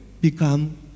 become